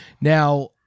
Now